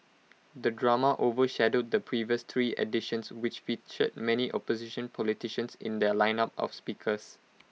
the drama overshadowed the previous three editions which featured many opposition politicians in their lineup of speakers